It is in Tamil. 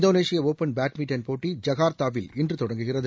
இந்தோனேஷிய ஒப்பன் பேட்மின்டன் போட்டி ஜகார்த்தாவில் இன்று தொடங்குகிறது